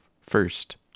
first